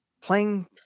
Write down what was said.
playing